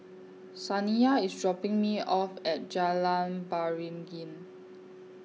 Saniyah IS dropping Me off At Jalan Beringin